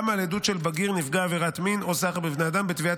על עדות של בגיר נפגע עבירת מין או סחר בבני אדם בתביעת